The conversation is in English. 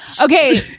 Okay